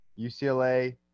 UCLA